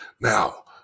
Now